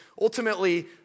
ultimately